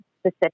specific